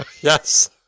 Yes